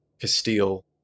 Castile